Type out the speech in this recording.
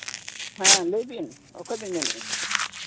ᱦᱮᱸ ᱞᱟᱹᱭᱵᱤᱱ ᱚᱠᱚᱭ ᱵᱤᱱ ᱢᱮᱱᱮᱫᱼᱟ